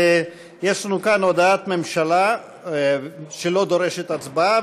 יש לנו כאן הודעת ממשלה שלא דורשת הצבעה